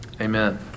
Amen